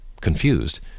Confused